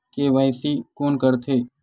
KYC कोन करथे?